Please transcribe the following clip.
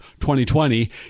2020